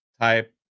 type